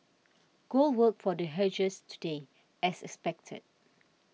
gold worked for the hedgers today as expected